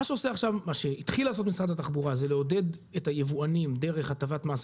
מה שהתחיל לעשות עכשיו משרד התחבורה זה לעודד את היבואנים דרך הטבת מס,